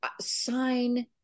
sign